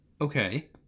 okay